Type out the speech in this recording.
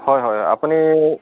হয় হয় আপুনি